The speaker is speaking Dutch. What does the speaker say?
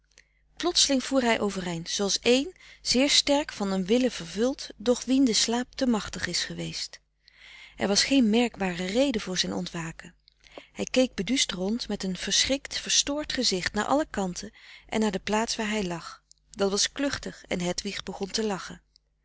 plotseling voer hij overeind zooals een zeer sterk frederik van eeden van de koele meren des doods van een willen vervuld doch wien de slaap te machtig is geweest er was geen merkbare reden voor zijn ontwaken hij keek beduusd rond met een verschrikt verstoord gezicht naar alle kanten en naar de plaats waar hij lag dat was kluchtig en hedwig begon te lachen